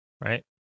Right